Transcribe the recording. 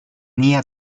tenía